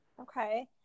okay